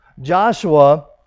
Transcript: Joshua